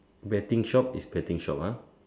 betting shop is betting shop ah